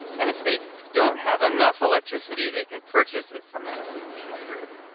and if they don't have enough electricity, they can purchase it from the and national grid.